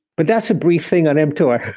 but that's a briefing on mtor.